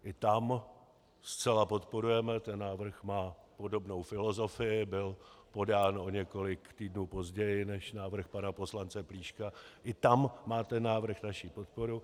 I tam zcela podporujeme ten návrh, má podobnou filozofii, byl podán o několik týdnů později než návrh pana poslance Plíška, i tam má ten návrh naši podporu.